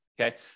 Okay